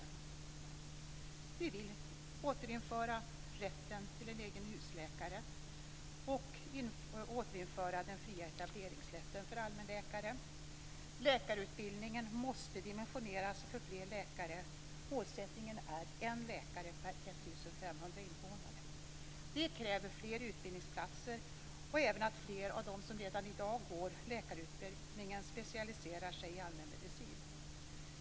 Vi vill återinföra rätten till en egen husläkare och återinföra den fria etableringsrätten för allmänläkare. Läkarutbildningen måste dimensioneras för fler läkare. Målsättningen är en läkare per 1 500 invånare. Det kräver fler utbildningsplatser och även att flera av dem som redan i dag går läkarutbildningen specialiserar sig i allmänmedicin.